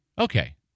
okay